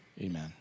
amen